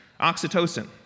Oxytocin